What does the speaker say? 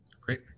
Great